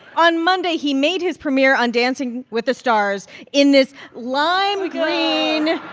on monday, he made his premiere on dancing with the stars in this lime-green